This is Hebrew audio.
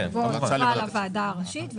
המלצה שתובא לוועדה הראשית,